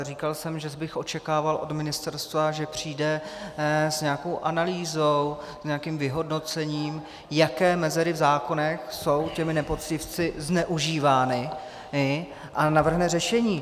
Říkal jsem, že bych očekával od ministerstva, že přijde s nějakou analýzou, s nějakým vyhodnocením, jaké mezery v zákonech jsou těmi nepoctivci zneužívány, a navrhne řešení.